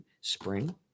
spring